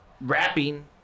rapping